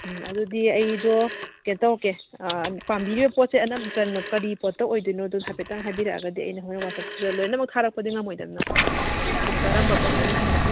ꯎꯝ ꯑꯗꯨꯗꯤ ꯑꯩꯗꯣ ꯀꯩꯅꯣ ꯇꯧꯔꯛꯀꯦ ꯑꯥ ꯄꯥꯝꯕꯤꯔꯤꯕ ꯄꯣꯠꯁꯦ ꯀꯔꯤ ꯄꯣꯠꯇ ꯑꯣꯏꯗꯣꯏꯅꯣꯗꯣ ꯍꯥꯏꯐꯦꯠꯇꯪ ꯍꯥꯏꯕꯤꯔꯛꯑꯒꯗꯤ ꯑꯩꯅ ꯍꯣꯔꯦꯟ ꯋꯥꯏ ꯋꯥꯆꯞꯇ ꯂꯣꯏꯅꯃꯛ ꯊꯥꯔꯛꯄꯗꯤ ꯉꯝꯃꯣꯏꯗꯅꯀꯣ ꯁꯨꯝ ꯀꯔꯝꯕ ꯄꯣꯠꯇꯅ ꯍꯦꯟꯅ